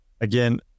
Again